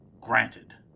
granted